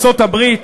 ורעייתו,